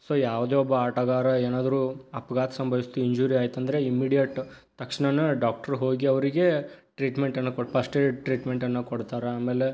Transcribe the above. so ಯಾವುದೇ ಒಬ್ಬ ಆಟಗಾರ ಏನಾದರೂ ಅಪಘಾತ ಸಂಭವಿಸ್ತು ಇಂಜುರಿ ಆಯಿತಂದ್ರೆ ಇಮ್ಮಿಡಿಯೇಟು ತಕ್ಷ್ಣವೇ ಡಾಕ್ಟ್ರು ಹೋಗಿ ಅವರಿಗೆ ಟ್ರೀಟ್ಮೆಂಟನ್ನು ಕೊಟ್ಟು ಪಸ್ಟ್ಏಡ್ ಟ್ರೀಟ್ಮೆಂಟನ್ನು ಕೊಡ್ತಾರೆ ಆಮೇಲೆ